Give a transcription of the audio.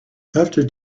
after